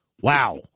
Wow